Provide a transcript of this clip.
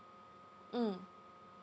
mm